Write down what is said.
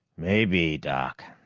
maybe, doc.